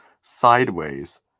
sideways